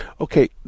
okay